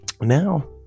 now